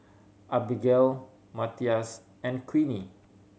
Abagail Matias and Queenie